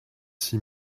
six